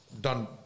done